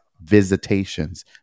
visitations